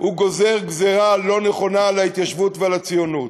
גוזר גזירה לא נכונה על ההתיישבות ועל הציונות.